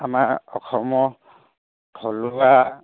আমাৰ অসমৰ থলুৱা